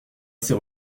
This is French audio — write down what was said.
ses